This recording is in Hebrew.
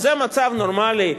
זה מצב נורמלי?